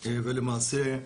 למעשה,